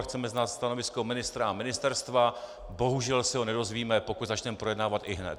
Chceme znát stanovisko ministra a ministerstva, bohužel se ho nedozvíme, pokud začneme projednávat ihned.